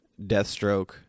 deathstroke